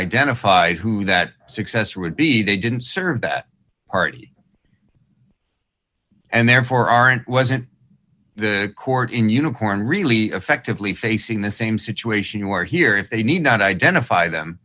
identified who that successor would be they didn't serve that party and therefore aren't wasn't the court in uniform really effectively facing the same situation where here if they need not identify them